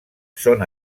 són